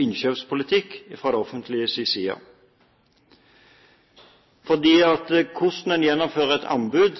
innkjøpspolitikk fra det offentliges side, for hvordan en gjennomfører et anbud,